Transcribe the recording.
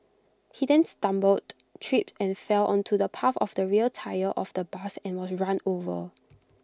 he then stumbled tripped and fell onto the path of the rear tyre of the bus and was run over